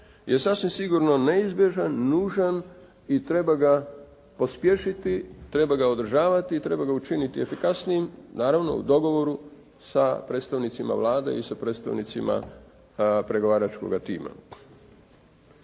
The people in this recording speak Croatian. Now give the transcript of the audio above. je sasvim sigurno neizbježan, nužan i treba ga pospješiti, treba ga održavati i treba ga učiniti efikasnijim, naravno u dogovoru sa predstavnicima Vlade i sa predstavnicima pregovaračkoga tima.